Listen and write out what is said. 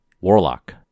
Warlock